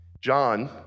John